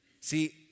See